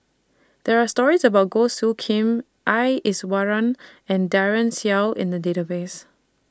There Are stories about Goh Soo Khim S Iswaran and Daren Shiau in The Database